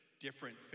different